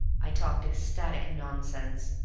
i talked ecstatic nonsense,